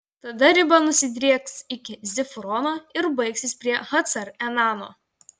tada riba nusidrieks iki zifrono ir baigsis prie hacar enano